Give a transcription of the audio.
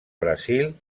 brasil